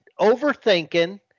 overthinking